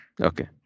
Okay